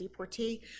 Deportee